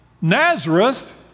Nazareth